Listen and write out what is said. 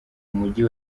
mujyi